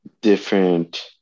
different